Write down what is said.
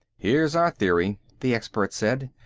here's our theory, the expert said.